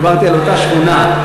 דיברתי על אותה שכונה.